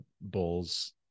bulls